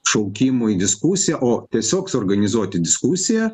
šaukimų į diskusiją o tiesiog suorganizuoti diskusiją